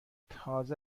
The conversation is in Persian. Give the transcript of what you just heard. تازه